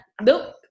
nope